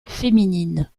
féminines